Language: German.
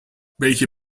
welche